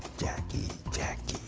jackie, jackie,